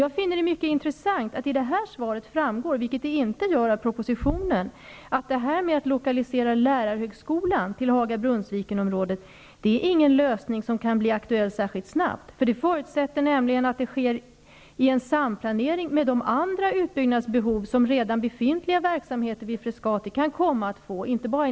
Jag finner det mycket intressant att det i det här svaret framgår, vilket det inte gör i propositionen, att lokaliseringen av lärarhögskolan till Haga-- Brunnsviken-området inte är något som kan bli aktuellt särskilt snabbt, eftersom det förutsätter att det sker i en samplanering med de andra ut byggnadsbehov som, inte bara under de närmaste åren, kan komma att uppstå hos redan befintliga verksamheter vid Frescati.